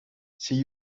see